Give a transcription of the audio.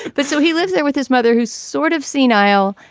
but so he lives there with his mother who's sort of senile.